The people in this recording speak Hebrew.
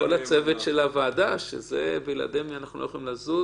וכל הצוות של הוועדה שבלעדיהם אנחנו לא יכולים לזוז.